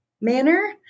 manner